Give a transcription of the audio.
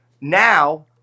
now